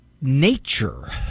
nature